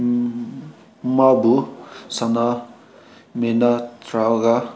ꯃꯥꯕꯨ ꯁꯥꯟꯅꯃꯤꯟꯅꯗ꯭ꯔꯒ